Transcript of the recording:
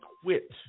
quit